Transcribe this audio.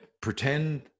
pretend